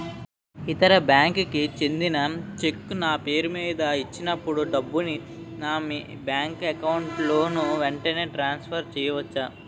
ఇతర బ్యాంక్ కి చెందిన చెక్ నా పేరుమీద ఇచ్చినప్పుడు డబ్బుని నా బ్యాంక్ అకౌంట్ లోక్ వెంటనే ట్రాన్సఫర్ చేసుకోవచ్చా?